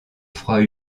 froid